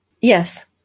Yes